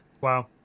Wow